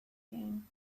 game